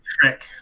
trick